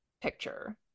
picture